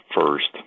first